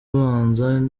abanza